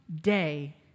day